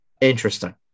Interesting